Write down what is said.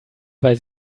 weil